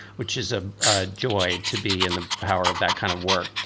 which is a ah joy to be in the power of that kind of work.